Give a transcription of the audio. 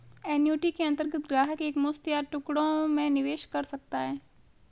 annuity के अंतर्गत ग्राहक एक मुश्त या टुकड़ों में निवेश कर सकता है